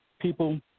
People